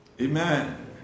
Amen